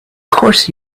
course